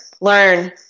Learn